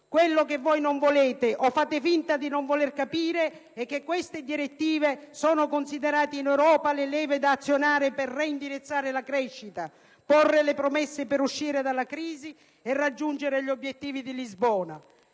Quello che voi non volete o fate finta di non voler capire è che queste direttive sono considerate, in Europa, le leve da azionare per reindirizzare la crescita, porre le premesse per uscire dalla crisi e raggiungere gli obiettivi dì Lisbona.